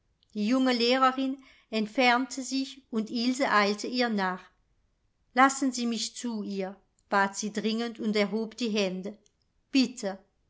junge lehrerin entfernte sich und ilse eilte ihr nach lassen sie mich zu ihr bat sie dringend und erhob die hände bitte